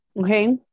Okay